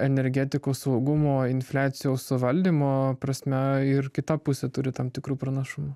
energetikos saugumo infliacijos suvaldymo prasme ir kita pusė turi tam tikrų pranašumų